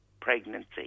pregnancy